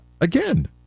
again